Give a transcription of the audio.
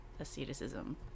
asceticism